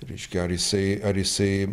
reiškia ar jisai ar jisai